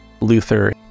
luther